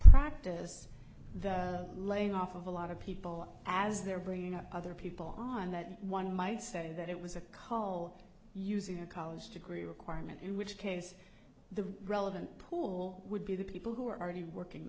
practice the laying off of a lot of people as they're bringing up other people on that one might say that it was a call using a college degree requirement in which case the relevant pool would be the people who are already working